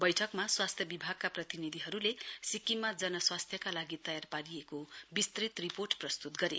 बैठकमा स्वास्थ्य विभागका प्रतिनिधिहरूले सिक्किम जन स्वास्थ्यका लागि तयार पारिएको विस्तृत रिपोर्ट प्रस्तुत गरे